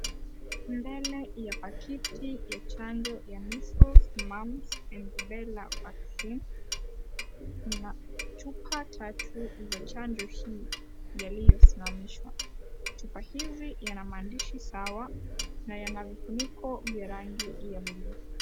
Mbele ya pakiti ya chanjo ya measles mumps and rubela vaccine chupa tatu za chanjo hii yaliyosimamishwa. Chupa hizi yana mandishi sawa na yana vifuniko vya rangi ya bluu.